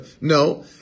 No